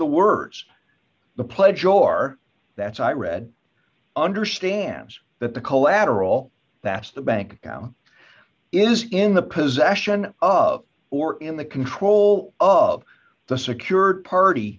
the words the pledge or that's i read understands that the collateral that's the bank account is in the possession of or in the control of the secured party